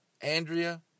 Andrea